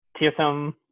TSM